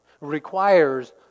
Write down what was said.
requires